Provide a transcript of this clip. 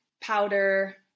powder